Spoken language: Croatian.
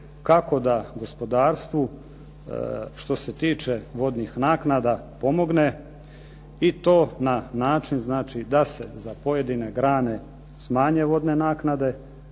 kako da gospodarstvu što se tiče vodnih naknada pomogne i to na način znači da se za pojedine grane smanje vodne naknade,